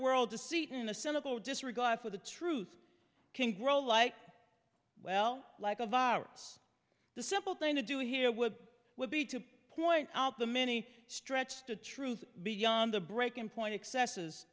world to see in a cynical disregard for the truth can grow like well like a virus the simple thing to do here would be to point out the many stretched the truth beyond the breaking point excesses